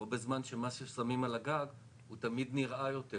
בו בזמן שמה ששמים על הגג הוא תמיד נראה יותר,